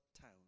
town